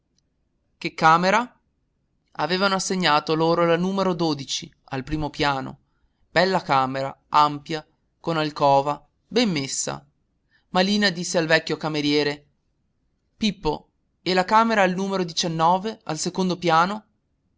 che camera avevano assegnato loro la camera al primo piano bella camera ampia con alcova ben messa ma lina disse al vecchio cameriere pippo e la camera al n al secondo piano